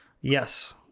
yes